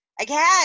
again